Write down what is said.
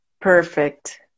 perfect